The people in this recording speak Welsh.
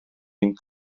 ein